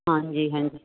ਹਾਂਜੀ ਹਾਂਜੀ